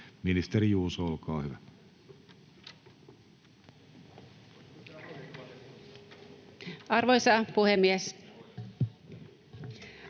Ministeri Juuso, olkaa hyvä. Arvoisa puhemies!